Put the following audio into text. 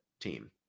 team